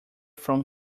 from